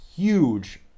Huge